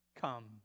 come